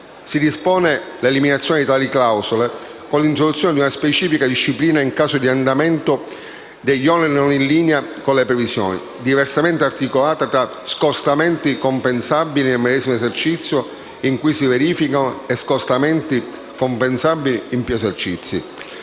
Si dispone l'eliminazione di tali clausole con l'introduzione di una specifica disciplina in caso di andamento degli oneri non in linea con le previsioni, diversamente articolata tra scostamenti compensabili nel medesimo esercizio in cui si verificano e scostamenti compensabili in più esercizi.